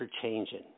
changing